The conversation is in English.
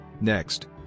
Next